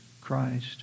Christ